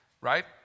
right